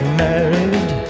married